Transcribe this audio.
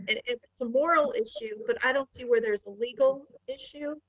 and it's a moral issue, but i don't see where there's a legal issue.